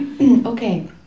Okay